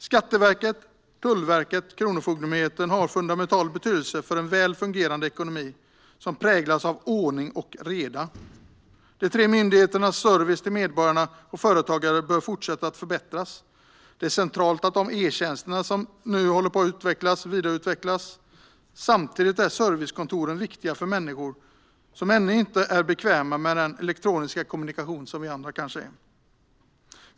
Skatteverket, Tullverket och Kronofogdemyndigheten har fundamental betydelse för en väl fungerande ekonomi som präglas av ordning och reda. De tre myndigheternas service till medborgare och företagare bör fortsätta att förbättras. Det är centralt att e-tjänsterna vidareutvecklas. Samtidigt är servicekontoren viktiga för människor som ännu inte är lika bekväma med elektronisk kommunikation som vi andra är.